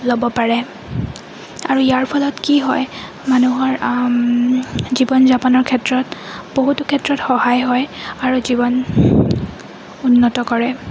ল'ব পাৰে আৰু ইয়াৰ ফলত কি হয় মানুহৰ জীৱন যাপনৰ ক্ষেত্ৰত বহুতো ক্ষেত্ৰত সহায় হয় আৰু জীৱন উন্নত কৰে